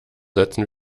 setzen